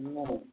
नहि